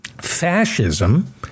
Fascism